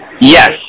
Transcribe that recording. Yes